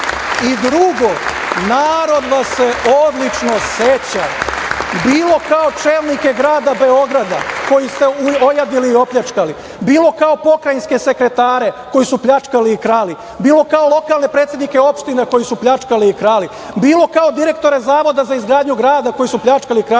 narodom. Drugo, narod vas se odlično seća bilo kao čelnike grada Beograda, koji ste ojadili i opljačkali, bilo kao pokrajinske sekretare koji su pljačkali i krali, bilo kao lokalne predsednike opština koji su pljačkali i krali, bilo kao direktore Zavoda za izgradnju grada, koji su pljačkali i krali.